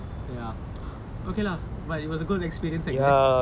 ya okay lah but it was a good experience I guess